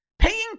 Paying